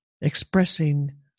expressing